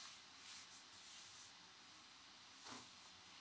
mm